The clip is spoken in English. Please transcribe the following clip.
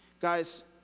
Guys